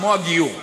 כמו הגיור.